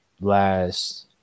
last –